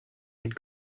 had